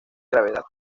gravedad